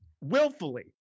willfully